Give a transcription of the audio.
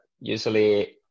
usually